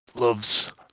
loves